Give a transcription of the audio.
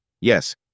Yes